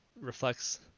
reflects